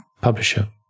publisher